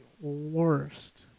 worst